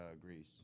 Greece